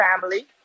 family